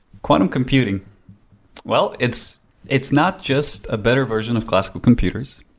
quantum computing well, it's it's not just a better version of classical computers,